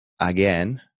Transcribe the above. again